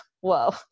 whoa